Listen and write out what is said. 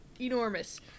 enormous